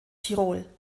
tirol